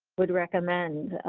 would recommend,